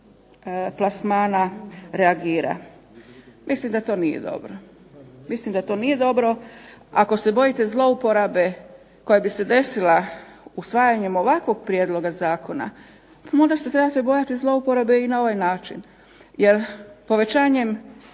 plasmana reagira. Mislim da to nije dobro. Ako se bojite zlouporabe koja bi se desila usvajanjem ovakvog prijedloga zakona onda se trebate bojati zlouporabe i na ovaj način jer povećanjem